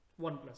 Oneplus